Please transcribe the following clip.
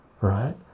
right